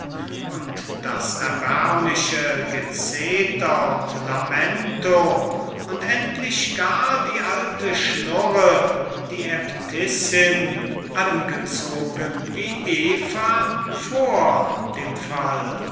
und das erbärmliche gezetter und lamento und endlich gar die alte schnurre die aebtissin angezogen wie eva vor dem fall